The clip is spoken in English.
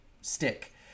stick